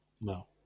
No